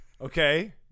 Okay